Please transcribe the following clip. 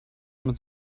mit